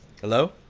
hello